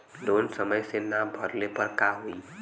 Loan समय से ना भरले पर का होयी?